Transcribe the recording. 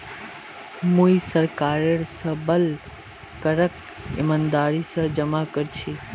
मुई सरकारेर सबल करक ईमानदारी स जमा कर छी